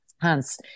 Hans